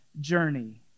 journey